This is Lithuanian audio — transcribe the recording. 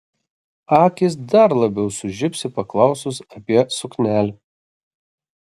akys dar labiau sužibsi paklausus apie suknelę